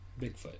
Bigfoot